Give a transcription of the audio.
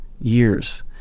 years